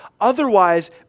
Otherwise